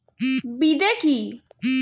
বিদে কি?